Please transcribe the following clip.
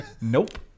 Nope